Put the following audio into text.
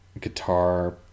guitar